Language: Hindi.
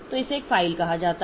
तो इसे एक फाइल कहा जाता है